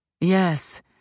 Yes